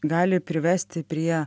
gali privesti prie